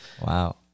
Wow